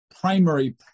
primary